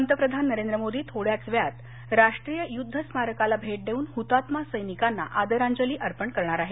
पंतप्रधान नरेंद्र मोदी थोड्याच वेळात राष्ट्रीय युद्ध स्मारकाला भेट देऊन हुतात्मा सैनिकांना आदरांजली अर्पण करणार आहेत